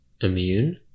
immune